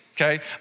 okay